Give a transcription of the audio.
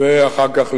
ואחר כך,